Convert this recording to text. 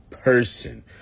person